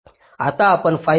तर आता आपण fi घेऊ